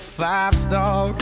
five-star